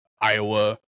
Iowa